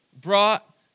brought